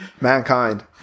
Mankind